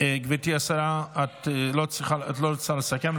גברתי השרה, את לא רוצה לסכם.